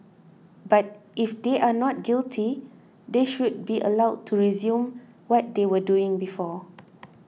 but if they are not guilty they should be allowed to resume what they were doing before